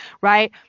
right